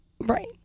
Right